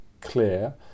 clear